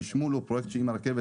החשמול הוא פרויקט שאם המשרד והרכבת